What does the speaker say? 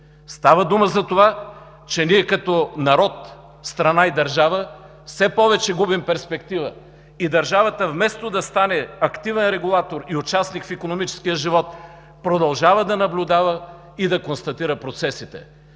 Става дума за това, че ние като народ, страна и държава все повече губим перспектива и държавата, вместо да стане активен регулатор и участник в икономическия живот, продължава да наблюдава и да констатира процесите.